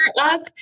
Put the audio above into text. up